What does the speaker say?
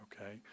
Okay